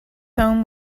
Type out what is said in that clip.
home